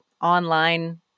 online